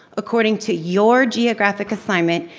according to your geographic assignment,